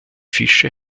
fische